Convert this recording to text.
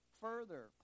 further